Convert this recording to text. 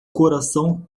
coração